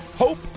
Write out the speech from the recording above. Hope